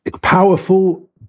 powerful